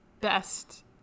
Best